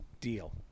deal